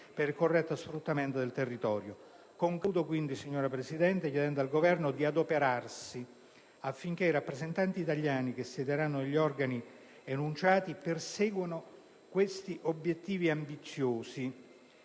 per il corretto sfruttamento del territorio. Concludo, signora Presidente, chiedendo al Governo di adoperarsi affinché i rappresentanti italiani che siederanno negli organi su richiamati perseguano questi obiettivi ambiziosi.